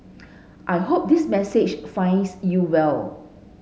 I hope this message finds you well